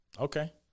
Okay